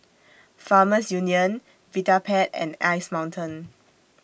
Farmers Union Vitapet and Ice Mountain